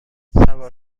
سوار